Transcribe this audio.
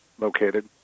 located